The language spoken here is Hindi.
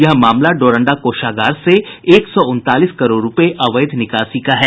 यह मामला डोरंडा कोषागार से एक सौ उनतालीस करोड़ रूपये अवैध निकासी का है